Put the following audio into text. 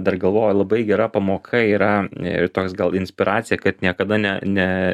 dar galvoju labai gera pamoka yra ir toks gal inspiracija kad niekada ne ne